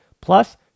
Plus